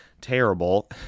terrible